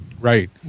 Right